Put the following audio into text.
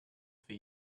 for